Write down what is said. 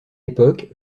époque